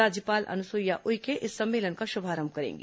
राज्यपाल अनुसुईया उइके इस सम्मेलन का शुभारंभ करेंगी